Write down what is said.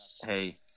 hey